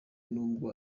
nabwo